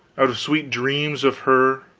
out of sweet dreams of her,